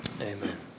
Amen